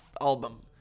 album